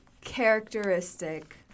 characteristic